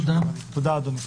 תודה, אדוני.